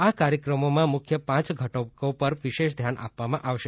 આ કાર્યક્રમોમાં મુખ્ય પાંચ ઘટકો પર વિશેષ ધ્યાન આપવામાં આવશે